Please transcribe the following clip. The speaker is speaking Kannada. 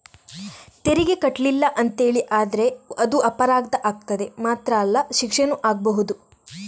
ತೆರಿಗೆ ಕಟ್ಲಿಲ್ಲ ಅಂತೇಳಿ ಆದ್ರೆ ಅದು ಅಪರಾಧ ಆಗ್ತದೆ ಮಾತ್ರ ಅಲ್ಲ ಶಿಕ್ಷೆನೂ ಆಗ್ಬಹುದು